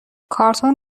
کارتن